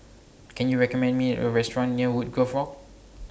Can YOU recommend Me A Restaurant near Woodgrove Walk